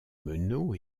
meneaux